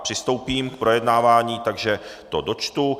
Přistoupím k projednávání, takže to dočtu.